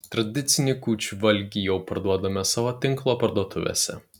tradicinį kūčių valgį jau parduodame savo tinklo parduotuvėse